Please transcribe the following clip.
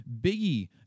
Biggie